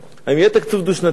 הדו-שנתי,